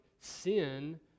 sin